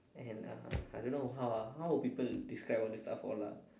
and uh I don't know how ah how would people describe all these stuff all ah